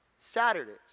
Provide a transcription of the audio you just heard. Saturdays